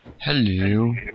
Hello